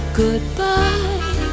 goodbye